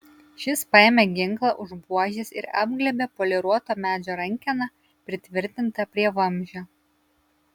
šis paėmė ginklą už buožės ir apglėbė poliruoto medžio rankeną pritvirtintą prie vamzdžio